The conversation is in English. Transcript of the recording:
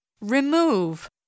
remove